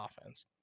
offense